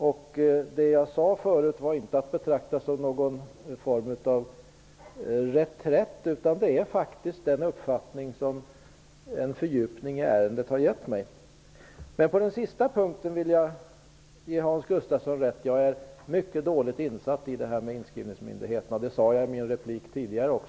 Det jag sade förut var inte att betrakta som någon form av reträtt, utan det är faktiskt den uppfattning som en fördjupning i ärendet har gett mig. Sedan vill jag ge Hans Gustafsson rätt på en punkt. Jag är mycket dåligt insatt i det här med inskrivningsmyndigheterna, och det sade jag också i min tidigare replik.